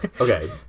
Okay